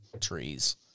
trees